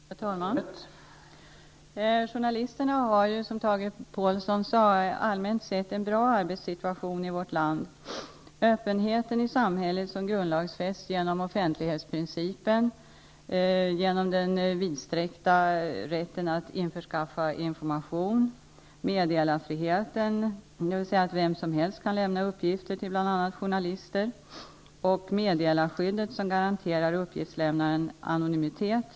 Herr talman! Journalisterna i vårt land har, som Tage Påhlsson sade, rent allmänt en bra arbetssituation. Jag tänker då på öppenheten i samhället som grundlagsfästs genom offentlighetsprincipen, den vidsträckta rätten att införskaffa information, meddelarfriheten -- dvs. att vem som helst kan lämna ut uppgifter till bl.a. journalister -- och meddelarskyddet som garanterar uppgiftslämnaren anonymitet.